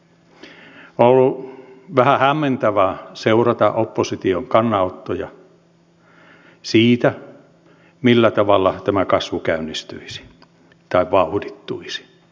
on ollut vähän hämmentävää seurata opposition kannanottoja siitä millä tavalla tämä kasvu käynnistyisi tai vauhdittuisi